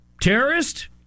terrorist